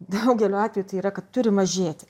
daugeliu atvejų tai yra kad turi mažėti